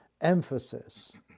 emphasis